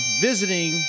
visiting